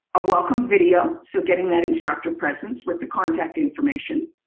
a welcome video, so getting that instructor presence with the contact information,